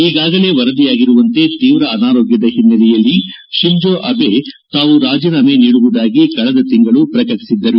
ಈಗಾಗಲೇ ವರದಿಯಾಗಿರುವಂತೆ ತೀವ್ರ ಅನಾರೋಗ್ಯದ ಹಿನ್ನೆಲೆಯಲ್ಲಿ ಶಿಂಜೋ ಅಬೆ ತಾವು ರಾಜೀನಾಮೆ ನೀಡುವುದಾಗಿ ಕಳೆದ ತಿಂಗಳು ಪ್ರಕಟಿಸಿದ್ದರು